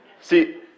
See